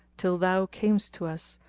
till thou camest to us,